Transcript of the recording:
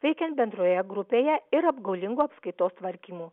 veikiant bendroje grupėje ir apgaulingu apskaitos tvarkymu